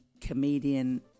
Comedian